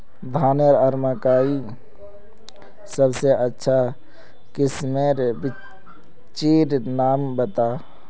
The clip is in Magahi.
धानेर आर मकई सबसे अच्छा किस्मेर बिच्चिर नाम बता?